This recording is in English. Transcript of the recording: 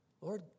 Lord